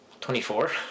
24